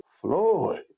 Floyd